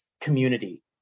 community